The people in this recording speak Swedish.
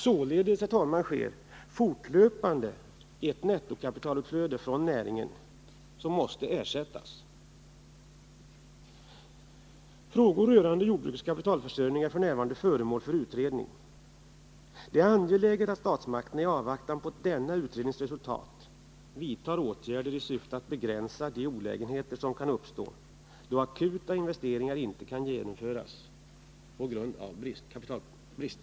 Således, herr talman, sker fortlöpande ett nettokapitalutflöde från näringen som måste ersättas. Frågor rörande jordbrukets kapitalförsörjning är f.n. föremål för utredning. Det är angeläget att statsmakterna i avvaktan på denna utrednings resultat vidtar åtgärder i syfte att begränsa de olägenheter som kan uppstå då akuta investeringar inte kan genomföras på grund av kapitalbrist.